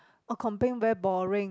oh complain very boring